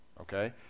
okay